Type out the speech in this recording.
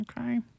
Okay